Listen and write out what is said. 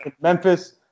Memphis